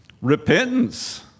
repentance